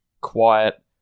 quiet